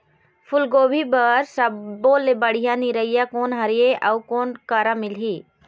फूलगोभी बर सब्बो ले बढ़िया निरैया कोन हर ये अउ कोन करा मिलही?